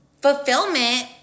fulfillment